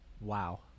Wow